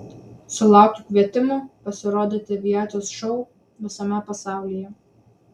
sulaukiu kvietimų pasirodyti aviacijos šou visame pasaulyje